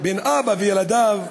בין אבא וילדיו,